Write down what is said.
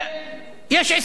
50,000 שקל,